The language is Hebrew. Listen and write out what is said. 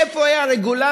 איפה היה הרגולטור?